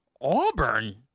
Auburn